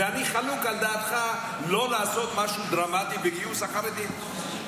ואני חולק על דעתך לא לעשות משהו דרמטי בגיוס החרדים.